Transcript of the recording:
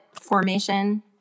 formation